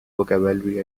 vocabulary